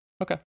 Okay